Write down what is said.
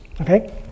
Okay